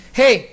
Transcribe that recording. hey